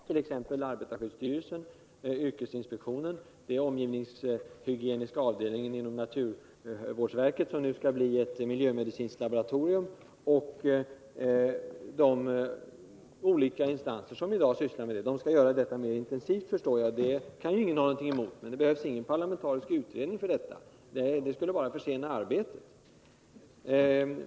Herr talman! Det var tacknämligt att vi fick besked beträffande en av oklarheterna. Att planeringen skall göras mer problemorienterad betyder alltså att man skall syssla mer med hälsorisker i arbetsmiljö och i natur, dvs. att man skall fortsätta med det arbete som pågår t.ex. i arbetarskyddsstyrelsen, i yrkesinspektionen och vid omgivningshygieniska avdelningen inom naturvårdsverket som nu skall bli ett miljömedicinskt laboratorium. Jag förstår att avsikten alltså är att de olika instanser som i dag skall syssla med detta skall göra det mera intensivt. Det kan ingen ha något emot, men det behövs ingen parlamentarisk utredning för detta. En sådan skulle bara försena arbetet.